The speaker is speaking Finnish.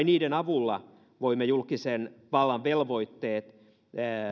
niiden avulla voimme julkisen vallan velvoitteet